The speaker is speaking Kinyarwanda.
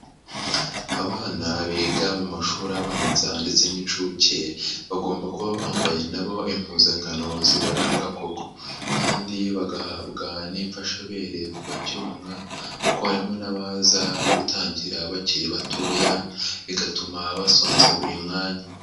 Abana biga mu mashuri abanza ndetse n'inshuke, bagomba kuba bambaye na bo impuzankano zibaranga koko kandi bagahabwa n'imfashabere kubacyonka kuko harimo n'abaza gutangira bakiri batoya, bigatuma basonza buri mwanya.